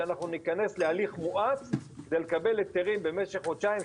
שניכנס להליך מואץ כדי לקבל היתרים במשך חודשיים,